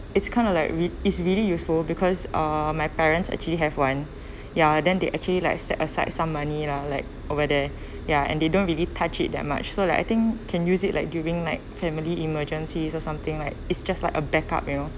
it's kind of like real~ is really useful because uh my parents actually have one ya then they actually like set aside some money lah like over there ya and they don't really touch it that much so like I think can use it like during like family emergencies or something like it's just like a backup you know